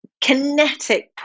kinetic